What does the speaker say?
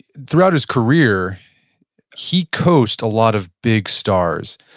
throughout his career he coached a lot of big stars.